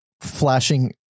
flashing